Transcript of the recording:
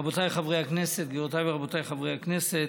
רבותיי חברי הכנסת, גבירותיי ורבותיי חברי הכנסת,